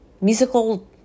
musical